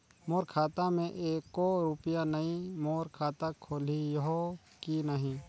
मोर खाता मे एको रुपिया नइ, मोर खाता खोलिहो की नहीं?